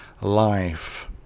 life